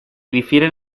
difieren